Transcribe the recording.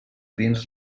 dins